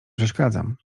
przeszkadzam